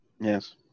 Yes